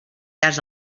ase